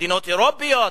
מדינות אירופיות,